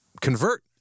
convert